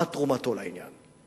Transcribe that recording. מה תרומתו לעניין.